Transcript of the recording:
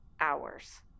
hours